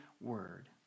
word